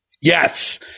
Yes